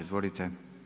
Izvolite.